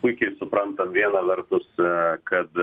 puikiai suprantam viena vertus kad